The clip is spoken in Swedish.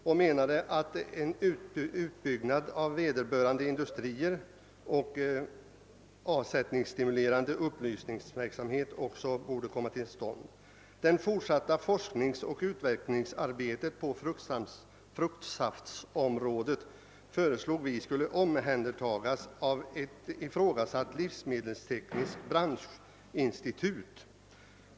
Vi ansåg att en utbyggnad av industrierna på området borde ske liksom att en avsättningsstimulerande upplysningsverksamhet borde startas. Det fortsatta forskningsoch utvecklingsarbetet på fruktsaftområdet föreslog vi skulle omhändertagas av ett ifrågasatt livsmedelstekniskt branschinstitut.